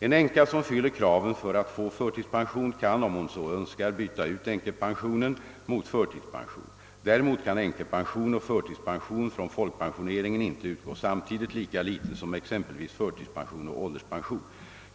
En änka som fyller kraven för att få förtidspension kan om hon så önskar byta ut änkepensionen mot förtidspension. Däremot kan änkepension och förtidspension från folkpensioneringen inte utgå samtidigt — lika litet som exempelvis förtidspension och ålderspension.